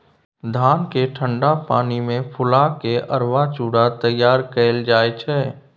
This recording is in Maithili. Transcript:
धान केँ ठंढा पानि मे फुला केँ अरबा चुड़ा तैयार कएल जाइ छै